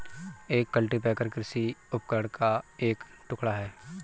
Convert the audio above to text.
एक कल्टीपैकर कृषि उपकरण का एक टुकड़ा है